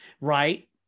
Right